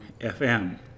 FM